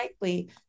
likely